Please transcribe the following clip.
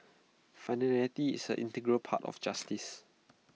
finality is an integral part of justice